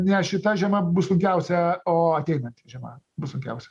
ne šita žiema bus sunkiausia o ateinanti žiema bus sunkiausia